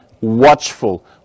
watchful